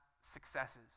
successes